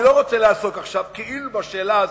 אני לא רוצה לעסוק עכשיו כאילו בשאלה הזאת,